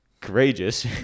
Courageous